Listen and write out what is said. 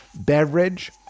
beverage